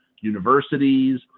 universities